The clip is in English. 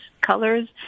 colors